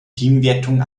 teamwertung